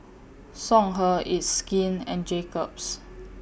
Songhe It's Skin and Jacob's